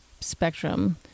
spectrum